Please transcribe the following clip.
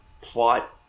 plot